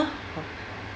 !huh!